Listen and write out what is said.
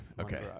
okay